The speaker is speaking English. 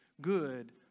good